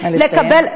נא לסיים.